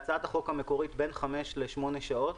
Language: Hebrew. מדובר, בהצעת החוק המקורית, בין חמש לשמונה שעות.